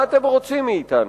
מה אתם רוצים מאתנו?"